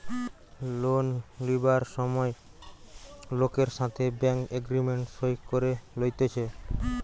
loan লিবার সময় লোকের সাথে ব্যাঙ্ক এগ্রিমেন্ট সই করে লইতেছে